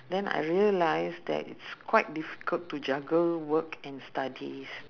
then I realised that it's quite difficult to juggle work and studies